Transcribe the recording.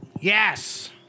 Yes